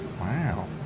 Wow